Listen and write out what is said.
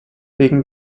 wegen